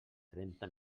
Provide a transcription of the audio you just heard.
trenta